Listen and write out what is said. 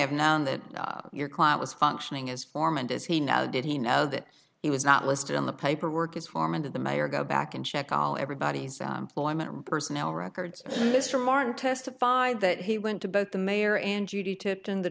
have known that your client was functioning as foreman does he now did he know that he was not listed on the paperwork his farm and the mayor go back and check all everybody's personal records mr martin testified that he went to both the mayor and judy tipton the